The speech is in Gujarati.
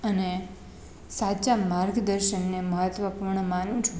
અને સાચા માર્ગદર્શનને મહત્વ પણ માનું છું